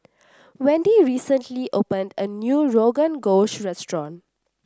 Wendy recently opened a new Rogan Josh restaurant